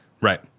Right